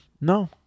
No